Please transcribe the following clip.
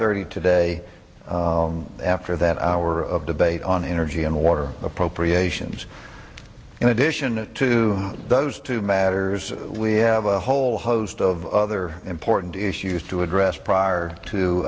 thirty today after that hour of debate on energy and water appropriations in addition to those two matters we have a whole host of other important issues used to address prior to